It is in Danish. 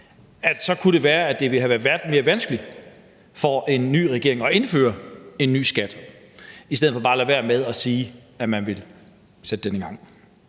så kunne det være, at det ville have været mere vanskeligt for en ny regering at indføre en ny skat i stedet for bare at lade være med at sige, at man vil sætte den i gang.